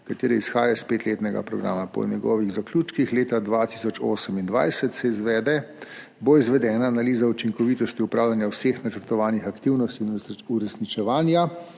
ki izhajajo iz petletnega programa. Po njegovih zaključkih leta 2028 bo izvedena analiza učinkovitosti upravljanja vseh načrtovanih aktivnosti in uresničevanja